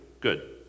Good